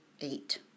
eight